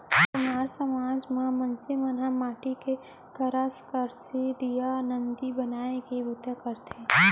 कुम्हार समाज म मनसे मन ह माटी के करसा, करसी, दीया, नांदी बनाए के बूता करथे